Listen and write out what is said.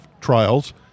trials